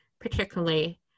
particularly